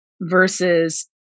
versus